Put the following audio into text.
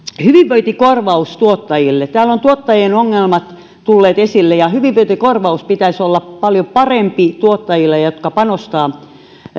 hyvinvointikorvaus tuottajille täällä ovat tuottajien ongelmat tulleet esille ja hyvinvointikorvauksen pitäisi olla paljon parempi tuottajille jotka panostavat